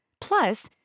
Plus